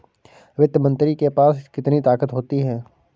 वित्त मंत्री के पास कितनी ताकत होती है?